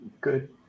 good